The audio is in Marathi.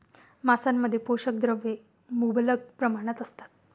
मांसामध्ये पोषक द्रव्ये मुबलक प्रमाणात असतात